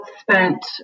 spent